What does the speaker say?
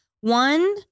One